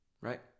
Right